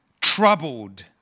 troubled